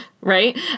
Right